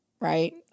right